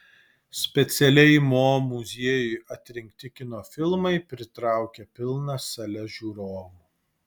specialiai mo muziejui atrinkti kino filmai pritraukia pilnas sales žiūrovų